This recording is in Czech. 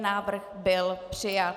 Návrh byl přijat.